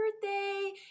birthday